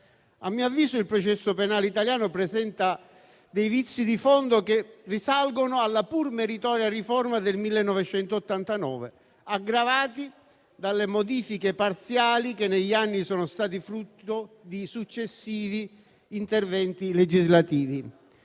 A mio avviso il processo penale italiano presenta dei vizi di fondo che risalgono alla pur meritoria riforma del 1989, aggravati dalle modifiche parziali che negli anni sono state frutto di successivi interventi legislativi.